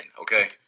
okay